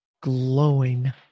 glowing